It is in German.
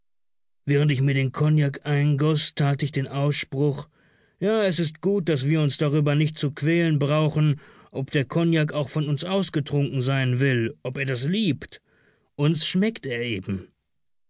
während ich mir den kognak eingoß tat ich den ausspruch ja es ist gut daß wir uns nicht darüber zu quälen brauchen ob der kognak auch von uns ausgetrunken sein will ob er das liebt uns schmeckt er eben